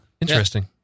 Interesting